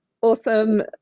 awesome